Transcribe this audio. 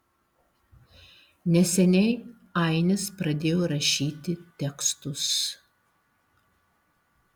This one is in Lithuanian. neseniai ainis pradėjo rašyti tekstus